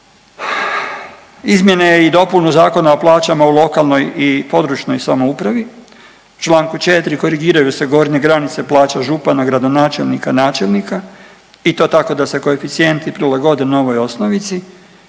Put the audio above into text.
izmjene i dopunu Zakona o plaćama u lokalnoj i područnoj samoupravi, Članku 4. korigiraju se gornje granice plaća župana, gradonačelnika, načelnika i to tako da se koeficijenti prilagode novoj osnovici